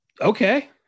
okay